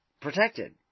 protected